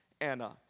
Anna